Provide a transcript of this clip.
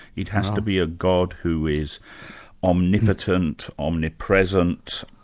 it has to be a god who is omnipotent, omnipresent,